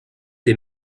des